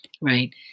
right